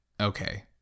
Okay